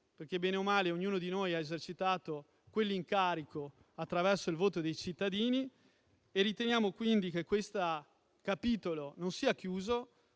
perché, bene o male, ognuno di noi ha esercitato quell'incarico attraverso il voto dei cittadini. Riteniamo, quindi, che questo capitolo non sia chiuso.